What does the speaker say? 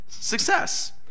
success